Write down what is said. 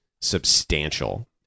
substantial